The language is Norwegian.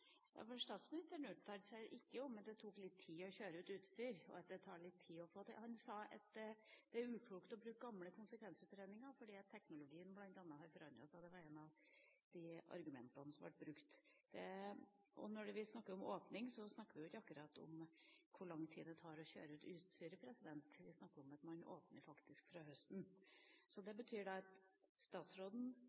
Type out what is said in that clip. ikke om at det tok litt tid å kjøre ut utstyr – at dette tar litt tid. Han sa at det er uklokt å bruke gamle konsekvensutredninger, fordi bl.a. teknologien har forandret seg. Det var et av argumentene som ble brukt. Når vi snakker om åpning, snakker vi ikke akkurat om hvor lang tid det tar å kjøre ut utstyr; vi snakker faktisk om at man åpner til høsten. Det betyr at statsråden er uenig i det svaret som statsråden